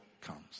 comes